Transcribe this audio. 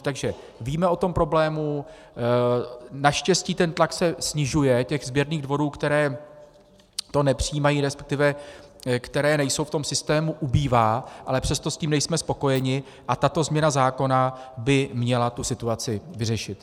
Takže víme o tom problému, naštěstí ten tlak se snižuje, těch sběrných dvorů, které to nepřijímají, respektive které nejsou v tom systému, ubývá, ale přesto s tím nejsme spokojeni a tato změna zákona by měla tu situaci vyřešit.